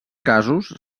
casos